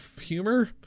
humor